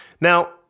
Now